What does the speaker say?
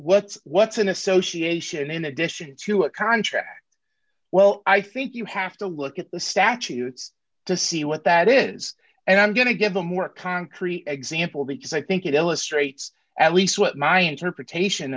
what's what's an association in addition to a contract well i think you have to look at the statutes to see what that is and i'm going to give a more concrete example because i think it illustrates at least what my interpretation